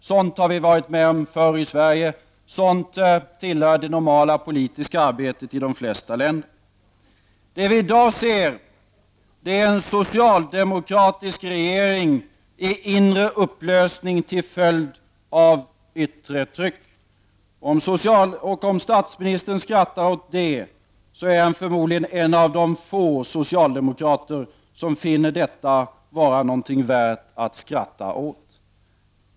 Sådant har vi varit med om förr i Sverige, sådant tillhör det normala politiska arbetet i de flesta länder. Det vi ser i dag är en socialdemokratisk regering i inre upplösning till följd av yttre tryck. Och om statsministern skrattar åt det, så är han förmodligen en av de få socialdemokrater som finner detta vara någonting värt att skratta åt.